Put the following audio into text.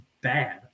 bad